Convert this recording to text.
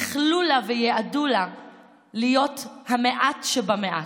איחלו לה וייעדו לה להיות המעט שבמעט.